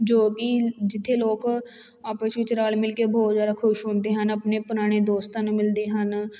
ਜੋ ਕਿ ਜਿੱਥੇ ਲੋਕ ਆਪਸ ਵਿੱਚ ਰਲ ਮਿਲ ਕੇ ਬਹੁਤ ਜ਼ਿਆਦਾ ਖੁਸ਼ ਹੁੰਦੇ ਹਨ ਆਪਣੇ ਪੁਰਾਣੇ ਦੋਸਤਾਂ ਨੂੰ ਮਿਲਦੇ ਹਨ